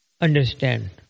understand